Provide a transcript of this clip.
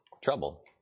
trouble